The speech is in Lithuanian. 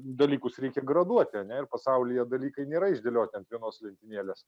dalykus reikia graduoti ar ne ir pasaulyje dalykai nėra išdėlioti ant vienos lentynėlės